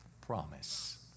promise